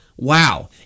Wow